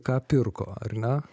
ką pirko ar ne